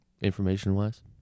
information-wise